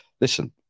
listen